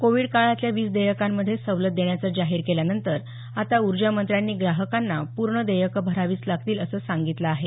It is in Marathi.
कोविड काळातल्या वीजदेयकांमध्ये सवलत देण्याचं जाहीर केल्यानंतर आता ऊर्जामंत्र्यांनी ग्राहकांना पूर्ण देयक भरावीच लागतील असं सांगितलं आहे